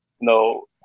No